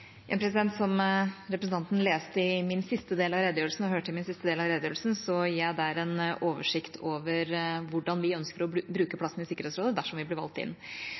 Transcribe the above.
Som representanten hørte i min siste del av redegjørelsen, ga jeg der en oversikt over hvordan vi ønsker å bruke plassen i Sikkerhetsrådet, dersom vi blir valgt inn.